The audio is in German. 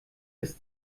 bis